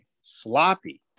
sloppy